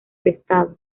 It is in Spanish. pescado